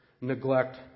neglect